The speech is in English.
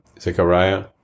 Zechariah